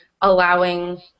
allowing